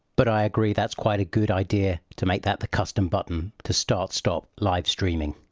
but i agree that's quite a good idea to make that the custom button to start stop live streaming.